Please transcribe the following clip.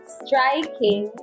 striking